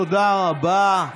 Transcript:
תודה רבה.